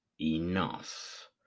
enough